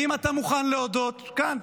האם אתה מוכן להודות כאן,